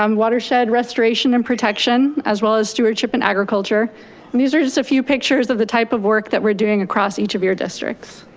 um watershed restoration and protection as well as stewardship and agriculture. and these are just a few pictures of the type of work that we're doing across each of your districts.